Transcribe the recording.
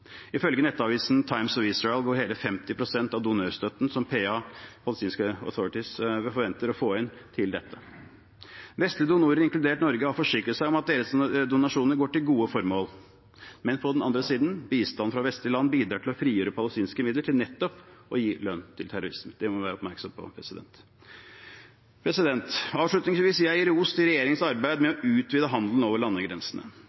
Ifølge nettavisen The Times of Israel går hele 50 pst. av donorstøtten som The Palestinian National Authority, PA, forventer å få inn, til dette. Vestlige donorer, inkludert Norge, har forsikret seg om at deres donasjoner går til gode formål, men på den andre siden bidrar bistand fra vestlige land til å frigjøre palestinske midler til nettopp å gi lønn til terrorister. Det må vi være oppmerksom på. Avslutningsvis vil jeg gi ros til regjeringen for arbeidet med å utvide handelen over landegrensene.